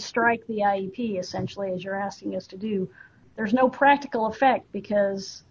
strike the ivy essentially as you're asking us to do there's no practical effect because